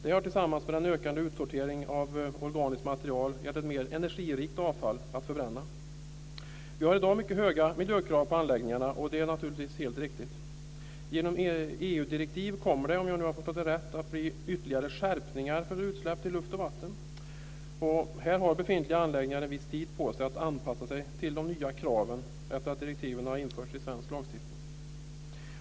Det har tillsammans med den ökande utsorteringen av organiskt material gett ett mer energirikt avfall att förbränna. Vi har i dag mycket höga miljökrav på anläggningarna, och det är naturligtvis helt riktigt. Genom EU-direktiv kommer det, om jag har förstått det rätt, att bli ytterligare skärpningar för utsläpp till luft och vatten. Här har befintliga anläggningar en viss tid på sig att anpassa sig till de nya kraven efter det att direktiven har införts i svensk lagstiftning.